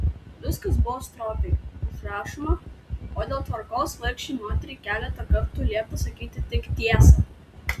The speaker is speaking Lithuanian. viskas buvo stropiai užrašoma o dėl tvarkos vargšei moteriai keletą kartų liepta sakyti tik tiesą